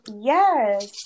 yes